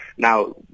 Now